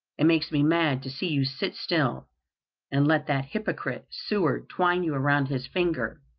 it makes me mad to see you sit still and let that hypocrite, seward, twine you around his finger